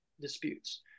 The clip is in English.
disputes